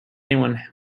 anyone